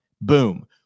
boom